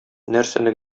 нәрсәне